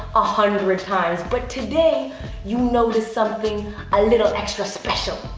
ah hundred times, but today you notice something a little extra special.